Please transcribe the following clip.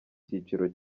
cyiciro